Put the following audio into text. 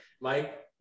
Mike